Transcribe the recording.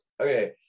okay